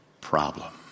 problem